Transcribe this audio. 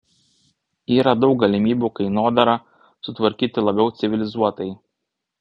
yra daug galimybių kainodarą sutvarkyti labiau civilizuotai